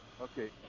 Okay